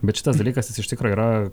bet šitas dalykas jis iš tikro yra